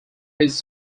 his